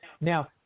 Now